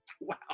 Wow